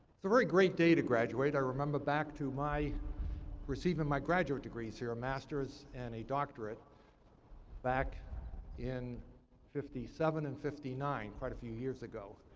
very great day to graduate. i remember back to my receiving my graduate degrees here a master's and a doctorate back in fifty seven and fifty nine, quite a few years ago,